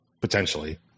potentially